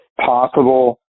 possible